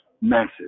Massive